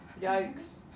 Yikes